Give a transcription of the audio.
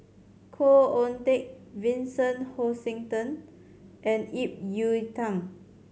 Khoo Oon Teik Vincent Hoisington and Ip Yiu Tung